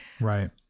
Right